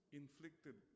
inflicted